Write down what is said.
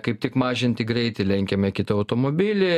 kaip tik mažinti greitį lenkiame kitą automobilį